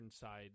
side